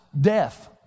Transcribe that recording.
death